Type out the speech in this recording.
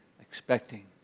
expecting